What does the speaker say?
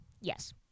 Yes